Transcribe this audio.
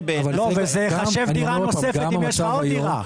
--- והיא תיחשב כדירה נוספת אם יש לך עוד דירה.